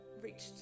reached